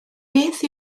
beth